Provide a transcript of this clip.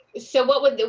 so what would